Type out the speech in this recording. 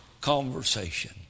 conversation